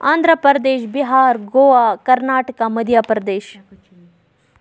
Andhra Pradesh Bihar Goa Karnataka Madhya Pradesh